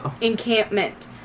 encampment